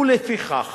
ולפיכך